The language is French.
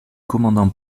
commandant